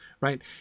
Right